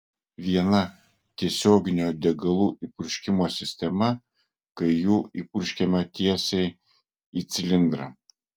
viena tiesioginio degalų įpurškimo sistema kai jų įpurškiama tiesiai į cilindrą